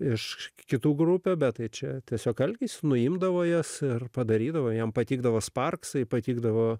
iš kitų grupių bet tai čia tiesiog alkis nuimdavo jas ir padarydavo jam patikdavo sparksai patikdavo